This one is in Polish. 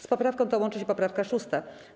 Z poprawką tą łączy się poprawka 6.